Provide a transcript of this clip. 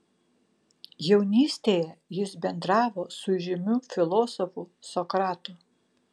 jaunystėje jis bendravo su įžymiu filosofu sokratu